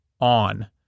on